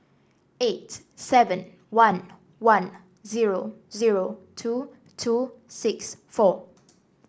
eight seven one one zero zero two two six four